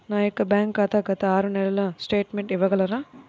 నా యొక్క బ్యాంక్ ఖాతా గత ఆరు నెలల స్టేట్మెంట్ ఇవ్వగలరా?